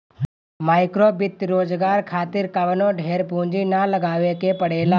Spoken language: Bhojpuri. माइक्रोवित्त रोजगार खातिर कवनो ढेर पूंजी ना लगावे के पड़ेला